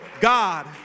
God